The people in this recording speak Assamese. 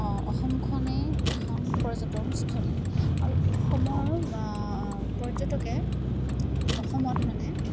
অসমখনেই এখন পৰ্যটনস্থলী আৰু অসমৰ পৰ্যটকে অসমত মানে